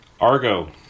Argo